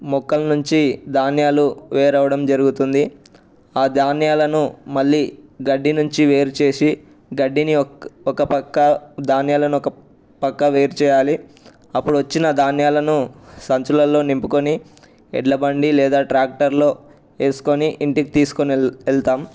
మొక్కల నుంచి ధాన్యాలు వేరవడం జరుగుతుంది ఆ ధాన్యాలను మళ్ళీ గడ్డి నుంచి వేరు చేసి గడ్డిని ఒక ఒక పక్క ధాన్యాలను ఒక పక్క వేరు చేయాలి అప్పుడు వచ్చిన ధాన్యాలను సంచులలో నింపుకొని ఎడ్ల బండి లేదా ట్రాక్టర్లలో వేసుకొని ఇంటికి తీసుకోని వెళ్తాము